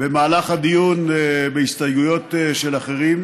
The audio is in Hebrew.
במהלך הדיון בהסתייגויות של אחרים,